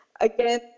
again